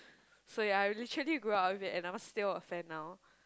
so if I literally go out if and I never steal a fan now